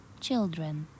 children